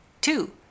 Two